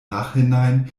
nachhinein